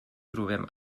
trobem